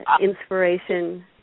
inspiration